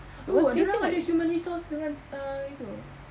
oh dorang ada human resource dengan uh itu